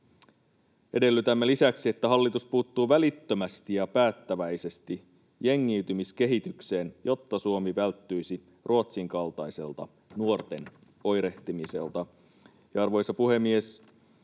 Edellytämme lisäksi, että hallitus puuttuu välittömästi ja päättäväisesti jengiytymiskehitykseen, jotta Suomi välttyisi Ruotsin kaltaiselta nuorten oirehtimiselta. Arvoisa puhemies!